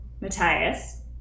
Matthias